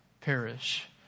perish